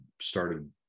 started